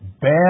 Bad